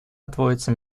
отводится